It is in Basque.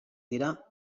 dira